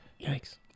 Yikes